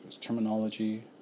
terminology